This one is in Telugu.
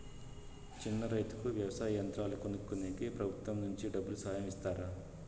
చిన్న రైతుకు వ్యవసాయ యంత్రాలు కొనుక్కునేకి ప్రభుత్వం నుంచి డబ్బు సహాయం చేస్తారా?